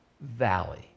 valley